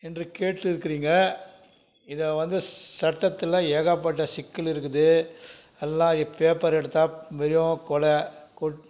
என்று கேட்றுருக்கிங்க இதை வந்து சட்டத்தில் ஏகப்பட்ட சிக்கல் இருக்குது எல்லாம் பேப்பரை எடுத்தால் மினிமம் கொலை